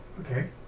Okay